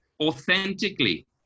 Authentically